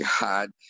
God